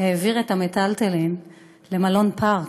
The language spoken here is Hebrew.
העביר את המיטלטלין למלון פארק,